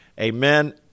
amen